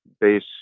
base